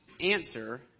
answer